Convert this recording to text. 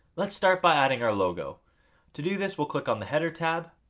let's start by adding our logo to do this we'll click um the header tab.